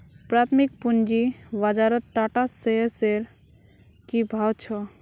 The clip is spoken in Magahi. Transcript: प्राथमिक पूंजी बाजारत टाटा शेयर्सेर की भाव छ